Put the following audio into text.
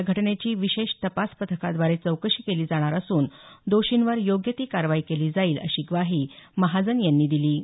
या घटनेची विशेष तपास पथकाद्वारे चौकशी केली जाणार असून दोषींवर योग्य ती कारवाई केली जाईल अशी ग्वाही महाजन यांनी दिली